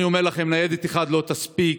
אני אומר לכם, ניידת אחת לא תספיק.